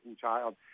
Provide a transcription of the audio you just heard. child